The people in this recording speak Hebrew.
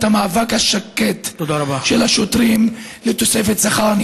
את המאבק השקט של השוטרים לתוספת שכר.